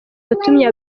watumye